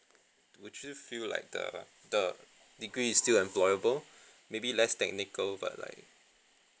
would you feel like the the degree is still employable maybe less technical but like